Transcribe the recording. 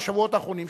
בשבועות האחרונים,